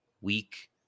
Weak